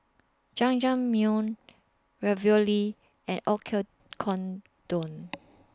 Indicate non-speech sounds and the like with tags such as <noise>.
Jajangmyeon Ravioli and <unintelligible>